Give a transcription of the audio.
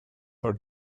are